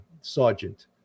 sergeant